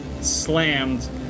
slammed